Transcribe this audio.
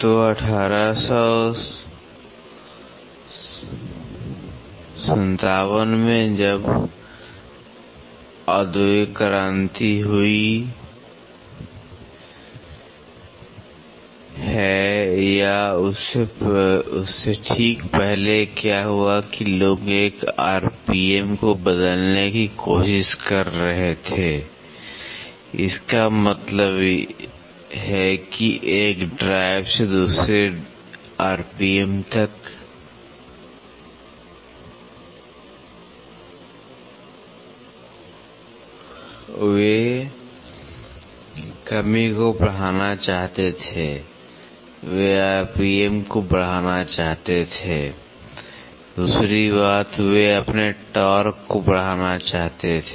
तो १८५७ में जब औद्योगिक क्रांति हुई या उससे ठीक पहले क्या हुआ कि लोग एक आरपीएम को बदलने की कोशिश कर रहे थे इसका मतलब है कि एक ड्राइव से दूसरे RPM तक वे कमी को बढ़ाना चाहते थे वे RPM को बढ़ाना चाहते थे दूसरी बात वे अपने टॉर्क को बढ़ाना चाहते थे